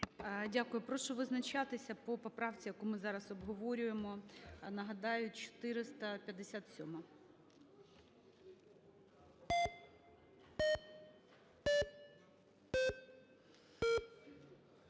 Дякую. Прошу визначатися по поправці, яку ми зараз обговорюємо, нагадаю, 457-а.